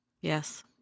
Yes